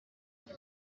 iki